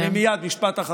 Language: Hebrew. מייד, משפט אחרון.